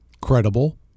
Credible